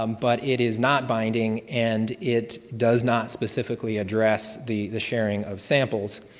um but it is not binding and it does not specifically address the the sharing of samples,